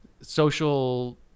social